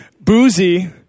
boozy